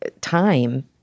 time